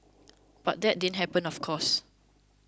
but that didn't happen of course